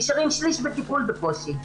נשארים 1/3 בטיפול בקושי.